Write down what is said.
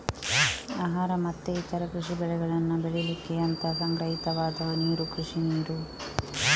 ಆಹಾರ ಮತ್ತೆ ಇತರ ಕೃಷಿ ಬೆಳೆಗಳನ್ನ ಬೆಳೀಲಿಕ್ಕೆ ಅಂತ ಸಂಗ್ರಹಿತವಾದ ನೀರು ಕೃಷಿ ನೀರು